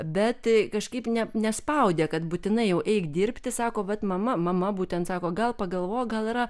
bet kažkaip ne nespaudė kad būtinai jau eik dirbti sako bet mama mama būtent sako gal pagalvok gal yra